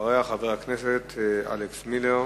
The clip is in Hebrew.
אחריה, חבר הכנסת אלכס מילר.